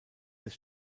des